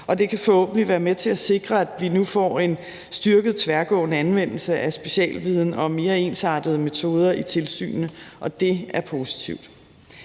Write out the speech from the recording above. det kan forhåbentlig være med til at sikre, at vi nu får en styrket tværgående anvendelse af specialviden og mere ensartede metoder i tilsynene, og det er positivt.